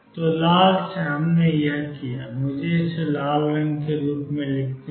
तो लाल से हमने यह किया है मुझे इसे लाल के रूप में लिखने दें